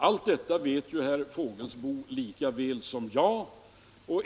Allt detta vet herr Fågelsbo lika väl som jag.